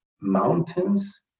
mountains